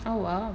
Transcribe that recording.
oh !wow!